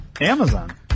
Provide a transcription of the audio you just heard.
Amazon